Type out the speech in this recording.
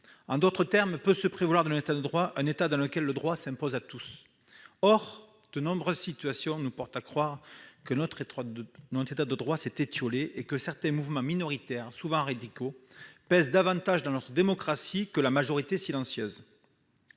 En d'autres termes, peut se prévaloir de ce nom un État dans lequel le droit s'impose à tous. Or de nombreuses situations nous portent à croire que notre État de droit s'est étiolé et que certains mouvements minoritaires, souvent radicaux, pèsent davantage dans notre démocratie que la majorité silencieuse.